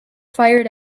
fired